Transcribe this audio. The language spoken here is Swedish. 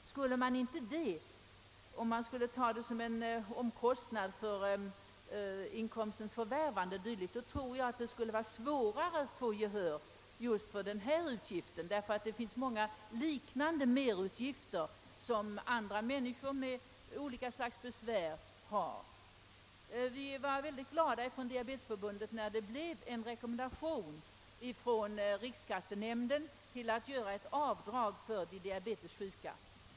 Skulle man inte göra det utan betrakta utgifterna som omkostnader för inkomstens förvärvande e.d. tror jag det skulle vara svårare att få gehör för ett yrkande om avdrag. Många människor med andra slags besvär har ju liknande merutgifter. Vi blev inom Diabetesförbundet mycket glada när riksskattenämnden gjorde sin rekommendation om avdrag för diabetessjuka.